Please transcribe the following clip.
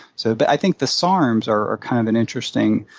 so but i think the sarms are kind of an interesting